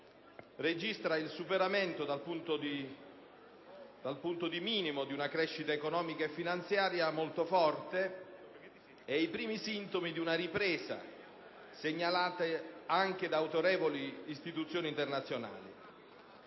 registra il superamento del punto di minimo di una crisi economica e finanziaria molto forte, e i primi sintomi di una ripresa segnalata anche da autorevoli istituzioni internazionali.